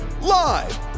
Live